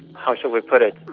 how shall we put it,